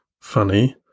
funny